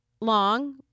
long